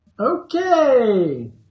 Okay